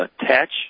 attach